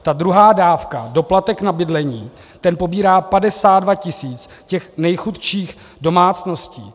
Tu druhou dávku, doplatek na bydlení, pobírá 52 tisíc těch nejchudších domácností.